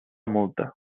multa